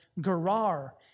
Gerar